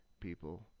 people